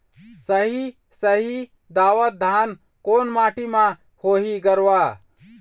साही शाही दावत धान कोन माटी म होही गरवा?